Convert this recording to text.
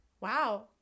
Wow